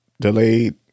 delayed